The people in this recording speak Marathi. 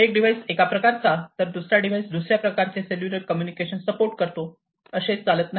एक डिवाइस एका प्रकारचे तर दुसरा डिवाइस दुसऱ्या प्रकारचे सेल्युलर कम्युनिकेशन सपोर्ट करतो असे चालत नाही